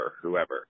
whoever